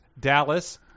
Dallas